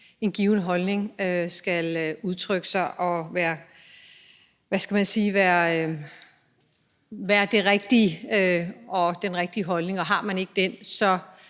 en given holdning skal udtrykkes og, hvad skal man sige, være den rigtige holdning, og at har man ikke den,